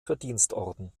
verdienstorden